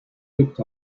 looked